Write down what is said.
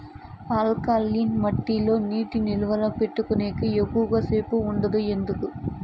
alkaline మట్టి లో నీటి నిలువ పెట్టేకి ఎక్కువగా సేపు ఉండదు ఎందుకు